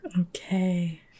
Okay